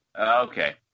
Okay